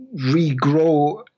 regrow